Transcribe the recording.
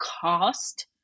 cost